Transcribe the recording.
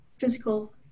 physical